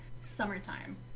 Summertime